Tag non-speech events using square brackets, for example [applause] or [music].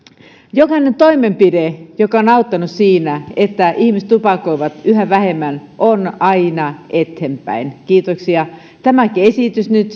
jokainen toimenpide joka on auttanut siinä että ihmiset tupakoivat yhä vähemmän on aina eteenpäin kiitoksia tämäkin esitys nyt [unintelligible]